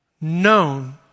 known